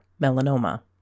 melanoma